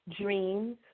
dreams